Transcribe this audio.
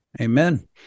amen